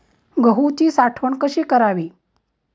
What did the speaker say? गहूची साठवण कशी करावी?